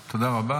תודה רבה.